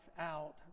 out